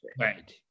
right